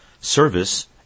Service